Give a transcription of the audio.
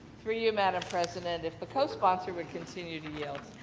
through you madam president, if the co-sponsor would continue to yield.